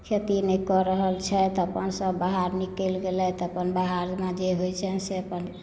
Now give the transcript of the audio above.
खेती नहि कऽ रहल छथि अपनसभ बाहर निकलि गेलथि अपन बाहरमे जे होइत छनि से अपन